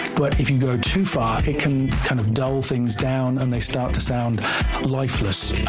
but if you go too far, it can kind of dull things down, and they start to sound lifeless